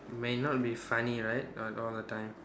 may not be funny right uh all the time